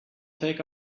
take